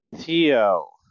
Theo